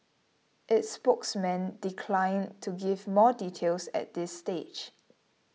its spokesman declined to give more details at this stage